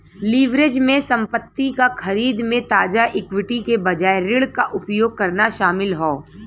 leverage में संपत्ति क खरीद में ताजा इक्विटी के बजाय ऋण क उपयोग करना शामिल हौ